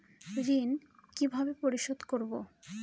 ঋণ কিভাবে পরিশোধ করব?